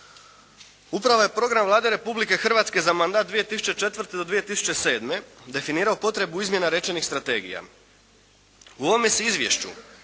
Upravo je Program Vlade Republike Hrvatske za mandat 2004. do 2007. definirao potrebu izmjena rečenih strategija. U ovome se izvješću,